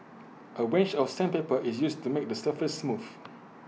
A range of sandpaper is used to make the surface smooth